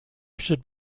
should